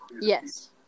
Yes